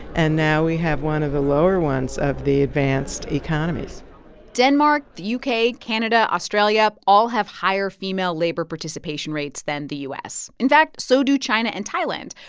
and now we have one of the lower ones of the advanced economies denmark, the u k, canada, australia all have higher female labor participation rates than the u s. in fact, so do china and thailand.